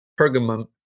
Pergamum